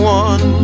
one